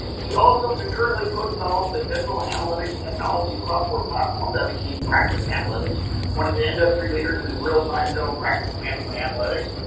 he also concurrently pre developed the dental analytics technology software platform that became practice analytics one of the end of three leaders in real-time don't practice management analytics.